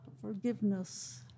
forgiveness